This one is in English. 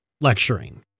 lecturing